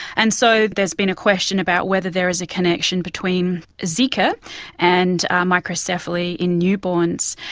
and so there has been a question about whether there is a connection between zika and microcephaly in newborns.